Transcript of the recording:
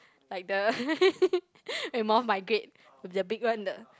like the when moth migrate the the big one the